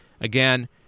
Again